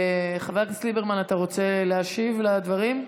חבר הכנסת ליברמן, אתה רוצה להשיב על הדברים?